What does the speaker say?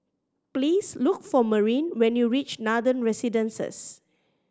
please look for Marin when you reach Nathan Residences